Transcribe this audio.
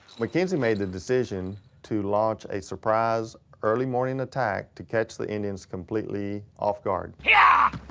mackenzie made the decision to launch a surprise early morning attack to catch the indians completely off guard. yeah